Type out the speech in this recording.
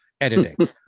editing